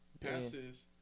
Passes